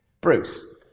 Bruce